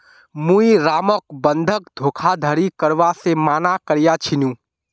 मुई रामक बंधक धोखाधड़ी करवा से माना कर्या छीनु